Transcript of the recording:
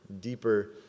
deeper